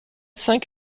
cinq